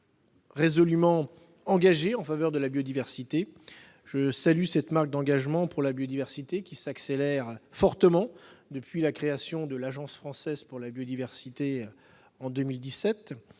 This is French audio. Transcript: résolument engagée en faveur de la biodiversité. Je salue cette marque d'engagement, qui s'accélère fortement depuis la création de l'Agence française pour la biodiversité en 2017.